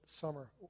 summer